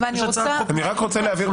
יש הצעת חוק --- אני רק רוצה להבהיר,